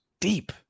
deep